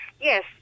Yes